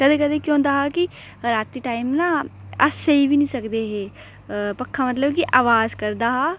कदें कदें केह् होंदा हा कि रातीं टाइम ना अस सेई बी नेईं सकदे हे पक्खा मतलब कि अवाज करदा हा